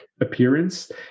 appearance